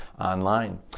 online